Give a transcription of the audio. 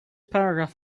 paragraph